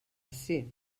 ací